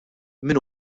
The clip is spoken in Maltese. min